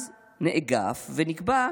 אז נאגף ונקבע: